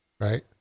right